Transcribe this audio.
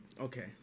Okay